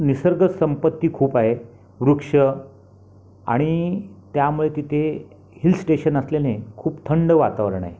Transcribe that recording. निसर्गसंपत्ती खूप आहे वृक्ष आणि त्यामुळे तिथे हिल स्टेशन असल्याने खूप थंड वातावरण आहे